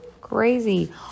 Crazy